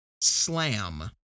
Slam